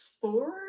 four